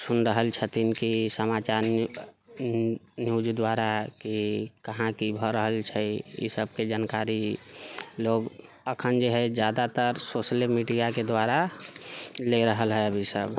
सुन रहल छथिन कि समाचार न्यूज दुआरा कि कहाँ की भऽ रहल छै ईसभके जानकारि लोग अखन जे है जादातर सोशले मीडियाके दुआरा लै रहल है अभी सभ